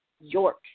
York